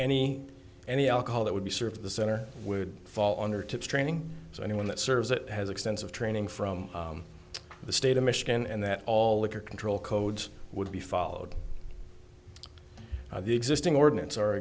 any any alcohol that would be served at the center would fall under to its training so anyone that serves it has extensive training from the state of michigan and that all liquor control codes would be followed the existing ordinance our